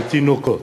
לתינוקות,